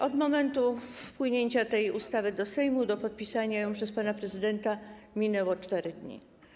Od momentu wpłynięcia tej ustawy do Sejmu do podpisania jej przez pana prezydenta minęły 4 dni.